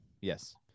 Yes